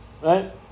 right